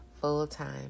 full-time